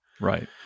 Right